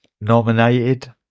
nominated